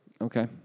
Okay